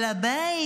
בעל הבית,